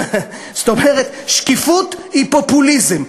זאת אומרת, שקיפות היא פופוליזם.